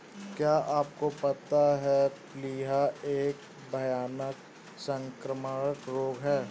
क्या आपको पता है प्लीहा एक भयानक संक्रामक रोग है?